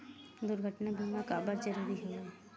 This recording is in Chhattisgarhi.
दुर्घटना बीमा काबर जरूरी हवय?